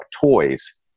toys